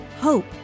hope